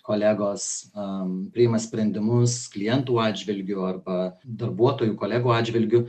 kolegos a priima sprendimus klientų atžvilgiu arba darbuotojų kolegų atžvilgiu